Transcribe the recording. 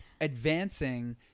advancing